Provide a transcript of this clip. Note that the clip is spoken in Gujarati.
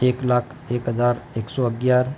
એક લાખ એક હજાર એકસો અગિયાર